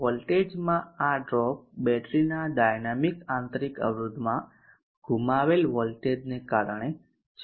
વોલ્ટેજમાં આ ડ્રોપ બેટરીના ડાયનામિક આંતરિક અવરોધમાં ગુમાવેલ વોલ્ટેજને કારણે છે